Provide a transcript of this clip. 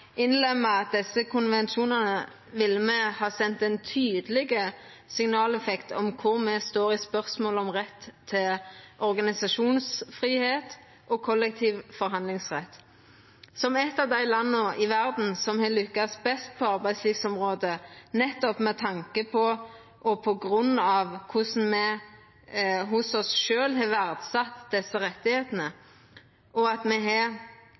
desse konvensjonane ville me ha sendt eit tydeleg signal om kor me står i spørsmålet om retten til organisasjonsfridom og kollektiv forhandlingsrett. Som eitt av dei landa i verda som har lykkast best på arbeidslivsområdet, nettopp med tanke på og på grunn av korleis me hos oss sjølve har verdsett desse rettane, har me